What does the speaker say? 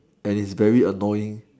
and is very annoying